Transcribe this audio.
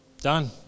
done